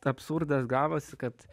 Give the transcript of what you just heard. absurdas gavosi kad